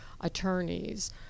attorneys